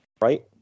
Right